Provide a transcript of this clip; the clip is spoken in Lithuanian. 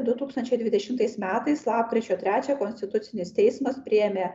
du tūkstančiai dvidešimtais metais lapkričio trečiąją konstitucinis teismas priėmė